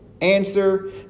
answer